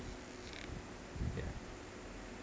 ya